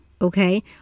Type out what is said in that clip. okay